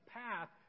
path